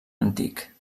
antic